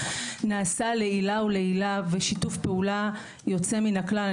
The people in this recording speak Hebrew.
נעשה לעילא ולעילא בשיתוף פעולה יוצא מן הכלל.